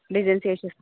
design చేసి ఇస్తాం